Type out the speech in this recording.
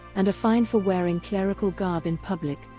and a fine for wearing clerical garb in public,